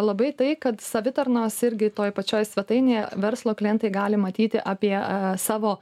labai tai kad savitarnos irgi toj pačioj svetainėje verslo klientai gali matyti apie savo